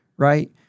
Right